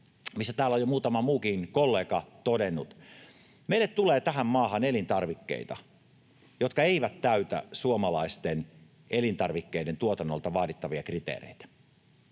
mitä täällä on jo muutama muukin kollega todennut. Meille tulee tähän maahan elintarvikkeita, jotka eivät täytä suomalaisten elintarvikkeiden tuotannolta vaadittavia kriteereitä.